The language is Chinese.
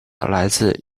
来自